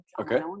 Okay